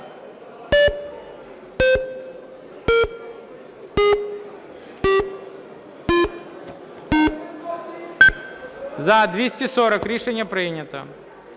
За-240 Рішення прийнято.